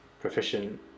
proficient